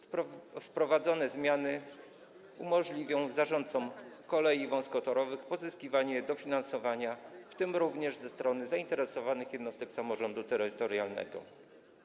Wprowadzone zmiany umożliwią zarządcom kolei wąskotorowych pozyskiwanie dofinansowania, w tym również ze strony zainteresowanych jednostek samorządu terytorialnego.